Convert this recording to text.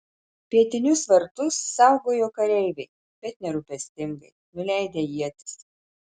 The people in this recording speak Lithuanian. pietinius vartus saugojo kareiviai bet nerūpestingai nuleidę ietis